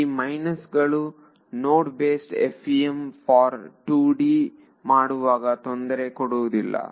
ಈ ಮೈನಸ್ ಗಳು node based FEM for 2D ಮಾಡುವಾಗ ತೊಂದರೆ ಕೊಡುವುದಿಲ್ಲ